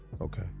Okay